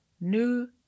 new